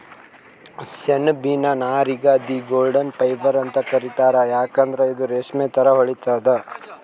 ಸೆಣಬಿನ್ ನಾರಿಗ್ the golden fibre ಅಂತ್ ಕರಿತಾರ್ ಯಾಕಂದ್ರ್ ಇದು ರೇಶ್ಮಿ ಥರಾ ಹೊಳಿತದ್